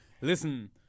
Listen